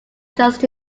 just